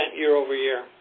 year-over-year